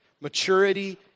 Maturity